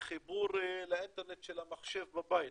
חיבור לאינטרנט של המחשב בבית,